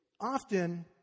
often